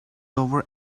lower